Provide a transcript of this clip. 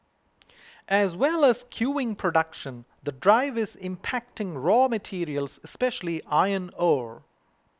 as well as skewing production the drive is impacting raw materials especially iron ore